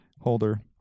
holder